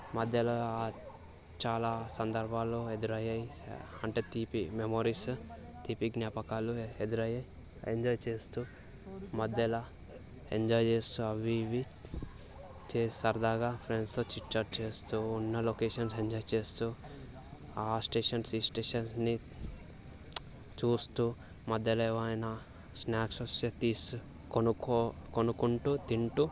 మధ్యలో చాలా సందర్భాల్లో ఎదురయ్యాయి అంటే తీపి మెమరీస్ తీపి జ్ఞాపకాలు ఎదురయ్యాయి ఎంజాయ్ చేస్తు మధ్యలో ఎంజాయ్ చేస్తు అవి ఇవి చే సరదాగా ఫ్రెండ్స్ చిట్చాట్ చేస్తు ఉన్న లొకేషన్స్ ఎంజాయ్ చేస్తు ఆ స్టేషన్స్ ఈ స్టేషన్స్ని చూస్తు మధ్యలో ఏవైనా స్నాక్స్ వస్తే తీస్తు కొనుక్కో కొనుక్కుంటు తింటు